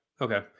Okay